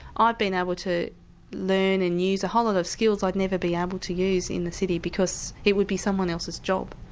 ah i've been able to learn and use a whole lot of skills i'd never be able to use in the city because it would be someone else's job.